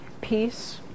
peace